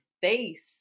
face